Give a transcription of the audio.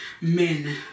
Men